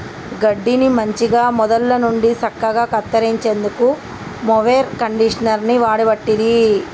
గడ్డిని మంచిగ మొదళ్ళ నుండి సక్కగా కత్తిరించేందుకు మొవెర్ కండీషనర్ని వాడబట్టిరి